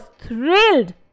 thrilled